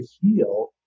heal